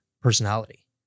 personality